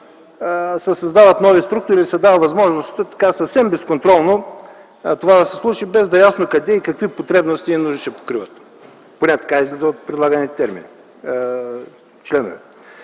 се създават нови структури и се дава възможност съвсем безконтролно това да се случи без да е ясно къде и какви потребности и нужди ще покриват. Така излиза от предлаганите членове.